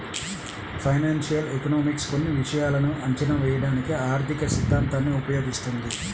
financial economics కొన్ని విషయాలను అంచనా వేయడానికి ఆర్థికసిద్ధాంతాన్ని ఉపయోగిస్తుంది